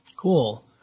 Cool